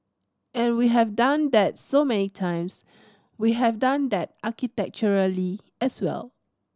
and we have done that so many times we have done that architecturally as well